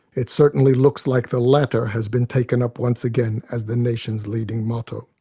it certainly looks like the latter has been taken up once again as the nation's leading motto.